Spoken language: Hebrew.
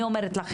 אני אומרת לך,